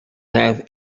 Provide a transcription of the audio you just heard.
have